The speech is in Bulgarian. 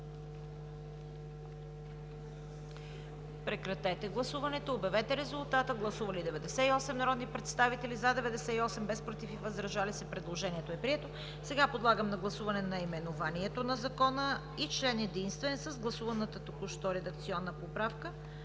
редакционната поправка. Гласували 98 народни представители: за 98, против и въздържали се няма. Предложението е прието. Сега подлагам на гласуване наименованието на Закона и член единствен с гласуваната току-що редакционна поправка.